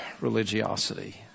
religiosity